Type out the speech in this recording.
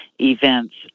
events